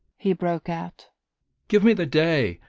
he broke out give me the day!